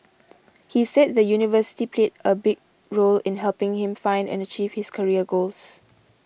he said the university played a big role in helping him find and achieve his career goals